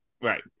Right